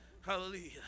Hallelujah